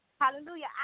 Hallelujah